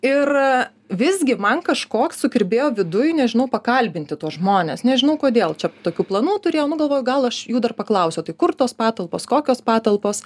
ir visgi man kažkoks sukirbėjo viduj nežinau pakalbinti tuos žmones nežinau kodėl čia tokių planų turėjau nu galvoju gal aš jų dar paklausiau tai kur tos patalpos kokios patalpos